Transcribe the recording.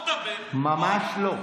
בואו נדבר, ממש לא.